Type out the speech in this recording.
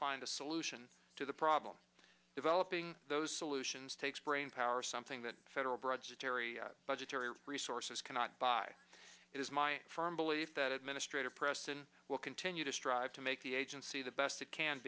find a solution to the problem developing those solutions takes brain power something that federal budget jerry budgetary or resources cannot buy it is my firm belief that administrator preston will continue to strive to make the agency the best it can